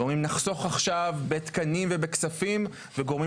אומרים נחסוך עכשיו בתקנים ובכספים וגורמים